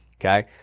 Okay